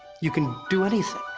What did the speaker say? you can do anything.